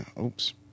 oops